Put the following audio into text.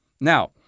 Now